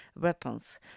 weapons